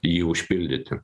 jį užpildyti